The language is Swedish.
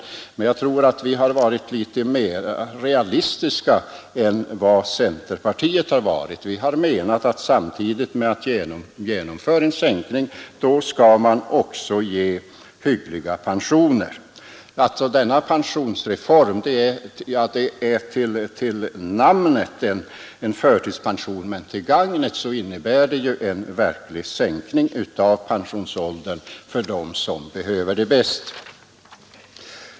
Nej, men jag tror att vi har varit litet mer realistiska än centerpartiet. Vi har ansett att samtidigt som man genomför en sänkning skall man också ge hyggliga pensioner. Denna pensionsreform är till namnet en förtidspension, men till gagnet innebär den en verklig sänkning av pensionsåldern för dem som behöver det bäst.